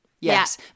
Yes